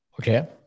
Okay